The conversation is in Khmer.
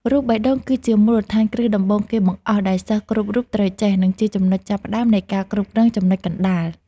រូបបេះដូង គឺជាមូលដ្ឋានគ្រឹះដំបូងគេបង្អស់ដែលសិស្សគ្រប់រូបត្រូវចេះ និងជាចំណុចចាប់ផ្តើមនៃការគ្រប់គ្រងចំណុចកណ្តាល។